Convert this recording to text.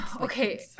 Okay